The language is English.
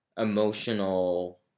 emotional